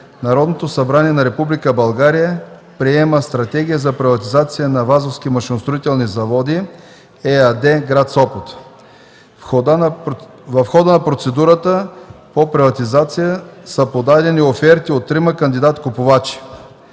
Народното събрание на Република България приема Стратегия за приватизация на „Вазовски машиностроителни заводи” ЕАД – гр. Сопот. В хода на процедурата по приватизация са подадени оферти от трима кандидат-купувачи.